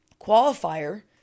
qualifier